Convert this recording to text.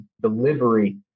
delivery